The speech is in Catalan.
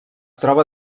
troba